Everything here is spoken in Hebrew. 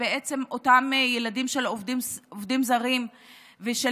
ובעצם אותם ילדים של עובדים זרים ושל